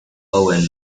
owen